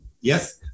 Yes